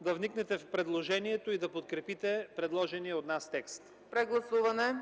да вникнете в предложението и да подкрепите предложения от нас текст. ПРЕДСЕДАТЕЛ